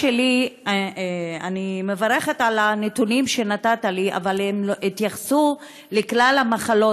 אני מברכת על הנתונים שנתת לי אבל הם התייחסו לכלל המחלות,